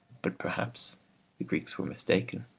but perhaps the greeks were mistaken.